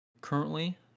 currently